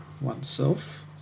oneself